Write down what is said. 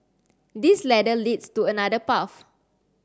this ladder leads to another path